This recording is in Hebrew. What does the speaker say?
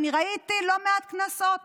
ואני ראיתי לא מעט כנסות,